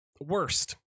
worst